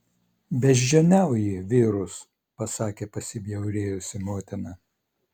beždžioniauji vyrus pasakė pasibjaurėjusi motina